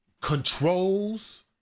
controls